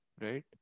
right